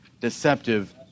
deceptive